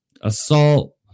Assault